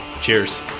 cheers